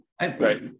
Right